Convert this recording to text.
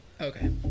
Okay